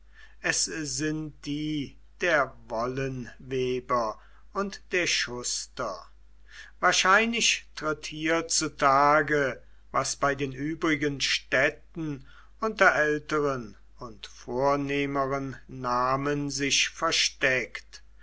es sind die der wollenweber und der schuster wahrscheinlich tritt hier zu tage was bei den übrigen städten unter älteren und vornehmeren namen sich versteckt